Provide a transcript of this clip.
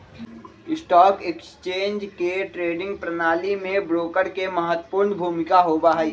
stock exchange के trading प्रणाली में ब्रोकर के महत्वपूर्ण भूमिका होबा हई